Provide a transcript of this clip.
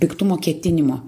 piktumo ketinimo